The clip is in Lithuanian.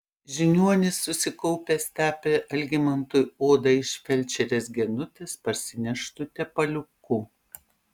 žiniuonis susikaupęs tepė algimantui odą iš felčerės genutės parsineštu tepaliuku